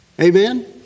Amen